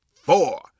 four